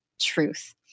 truth